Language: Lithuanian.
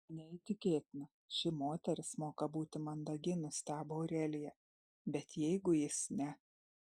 neįtikėtina ši moteris moka būti mandagi nustebo aurelija bet jeigu jis ne